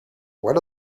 what